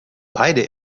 beide